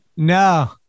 No